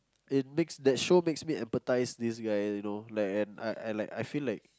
it makes that show makes me emphasize this guy you know and I I feel like